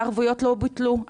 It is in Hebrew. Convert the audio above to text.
הערבויות לא בוטלו,